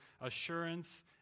assurance